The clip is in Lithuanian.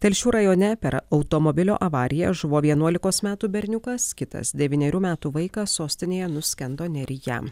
telšių rajone per automobilio avariją žuvo vienuolikos metų berniukas kitas devynerių metų vaikas sostinėje nuskendo neryje